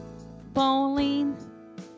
Bowling